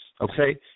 okay